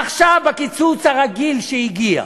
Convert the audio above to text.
עכשיו בקיצוץ הרגיל שהגיע,